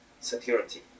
security